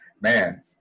man